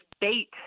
bait